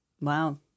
wow